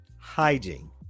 hygiene